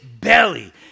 belly